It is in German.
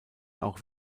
auch